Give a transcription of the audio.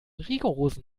rigorosen